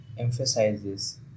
Emphasizes